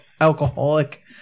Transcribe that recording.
alcoholic